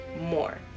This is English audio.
more